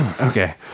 Okay